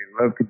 love